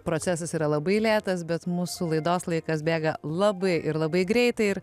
procesas yra labai lėtas bet mūsų laidos laikas bėga labai ir labai greitai ir